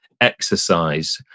exercise